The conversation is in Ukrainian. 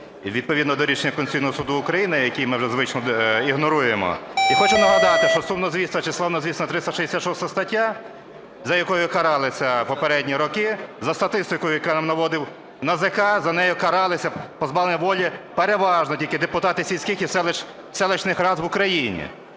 відповідно до рішення Конституційного Суду України, який ми вже звично ігноруємо. І хочу нагадати, що сумнозвісна чи славнозвісна 366 стаття, за якою каралися в попередні роки, за статистикою, яку наводило НАЗК, за нею каралися позбавленням волі переважно тільки депутати сільських і селищних рад в Україні.